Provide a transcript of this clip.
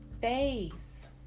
face